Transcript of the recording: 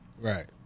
Right